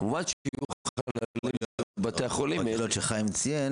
כמובן יהיו חללים בבתי החולים --- יכול להיות שחיים ציין